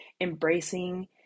embracing